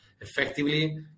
effectively